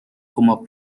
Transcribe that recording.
como